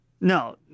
No